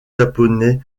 japonais